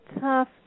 tough